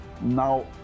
Now